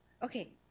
Okay